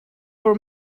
for